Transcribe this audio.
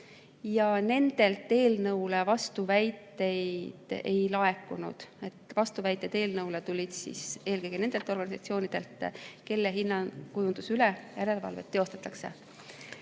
ikkagi eelnõule vastuväiteid ei laekunud. Vastuväited eelnõule tulid eelkõige nendelt organisatsioonidelt, kelle hinnakujunduse üle järelevalvet teostatakse.